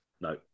No